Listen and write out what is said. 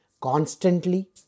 constantly